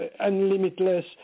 unlimitless